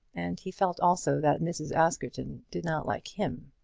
and he felt also that mrs. askerton did not like him.